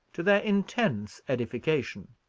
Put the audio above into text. to their intense edification.